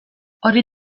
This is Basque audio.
hori